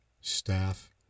staff